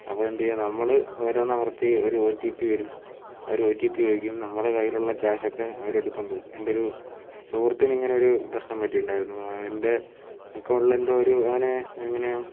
അപ്പോൾ എന്തു ചെയ്യും നമ്മൾ ഓരോന്നമർത്തി ഒരു ഒ ടി പി വരും അവർ ഒ ടി പി ചോദിക്കും നമ്മളുടെ കയ്യിലുള്ള ക്യാഷൊക്കെ അവരെടുത്തുകൊണ്ട് പോവും എൻ്റെ ഒരു സുഹൃത്തിന് ഇങ്ങനെയൊരു പ്രശ്നം പറ്റിയിട്ടുണ്ടായിരുന്നു അവൻ്റെ അക്കൗണ്ടിലെന്തോ ഒരു അവൻ എങ്ങനെയോ